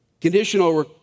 Conditional